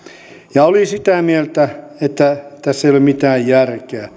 ja joka oli sitä mieltä että tässä ei ole mitään järkeä